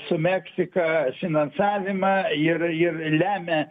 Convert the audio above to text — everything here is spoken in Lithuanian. su meksika finansavimą ir ir lemia